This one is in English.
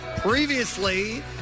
Previously